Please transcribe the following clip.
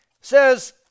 Says